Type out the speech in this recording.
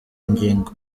nyigo